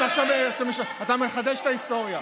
אתה מחדש את ההיסטוריה.